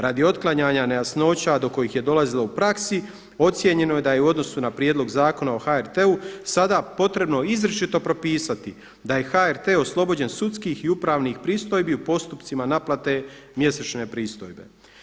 Radi otklanjanja nejasnoća do kojih je dolazilo u praksi ocijenjeno je da je u odnosu na Prijedlog zakona o HRT-u sada potrebno izričito propisati da je HRT oslobođen sudskih i upravnih pristojbi u postupcima naplate mjesečne pristojbe.